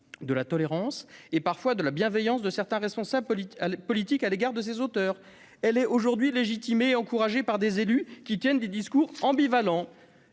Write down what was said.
de la tolérance et parfois de la bienveillance de certains responsables politiques à l'égard de ses auteurs », soulignez-vous. La violence « est aujourd'hui légitimée et encouragée par des élus qui tiennent des discours ambivalents